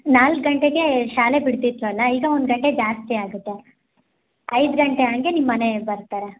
ನಾಲ್ಕು ಗಂಟೆಗೆ ಶಾಲೆ ಬಿಡ್ತಿದ್ದೆವಲ್ಲ ಈಗ ಒಂದು ಗಂಟೆ ಜಾಸ್ತಿ ಆಗುತ್ತೆ ಐದು ಗಂಟೆ ಹಾಗೆ ನಿಮ್ಮ ಮನೆಗೆ ಬರ್ತಾರೆ